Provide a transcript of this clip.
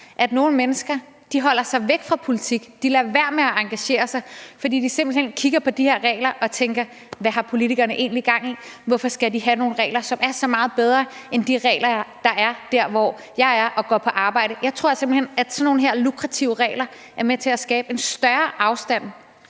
at nogle mennesker holder sig væk fra politik, de lader være med at engagere sig, fordi de simpelt hen kigger på de her regler og tænker: Hvad har politikerne egentlig gang i? Hvorfor skal de have nogle regler, som er så meget bedre end de regler, der er der, hvor jeg er og går på arbejde? Jeg tror simpelt hen, at sådan nogle lukrative regler som dem er med til at skabe en større afstand